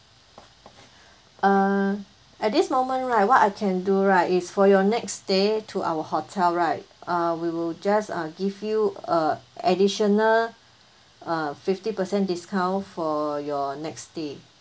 uh at this moment right what I can do right is for your next stay to our hotel right uh we will just uh give you uh additional uh fifty percent discount for your next stay